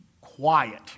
quiet